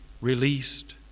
released